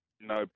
No